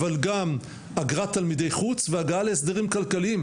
אבל גם אגרת תלמידי חוץ והגעה להסדרים כלכליים